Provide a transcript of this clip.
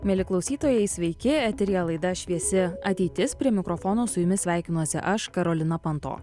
mieli klausytojai sveiki eteryje laida šviesi ateitis prie mikrofono su jumis sveikinuosi aš karolina panto